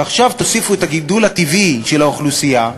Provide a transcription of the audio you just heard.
עכשיו תוסיפו את הגידול הטבעי של האוכלוסייה,